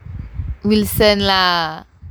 wilson lah